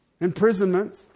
imprisonments